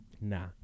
nah